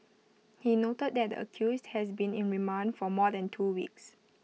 he noted that the accused has been in remand for more than two weeks